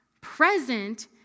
present